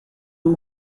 two